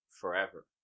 forever